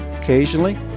Occasionally